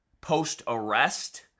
post-arrest